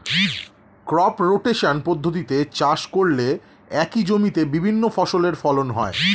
crop rotation পদ্ধতিতে চাষ করলে একই জমিতে বিভিন্ন ফসলের ফলন হয়